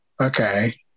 okay